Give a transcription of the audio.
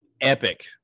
epic